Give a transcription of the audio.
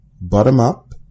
Bottom-up